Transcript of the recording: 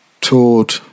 toured